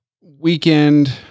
weekend